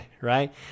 right